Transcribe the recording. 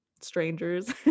strangers